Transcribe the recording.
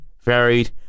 varied